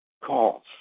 calls